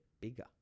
bigger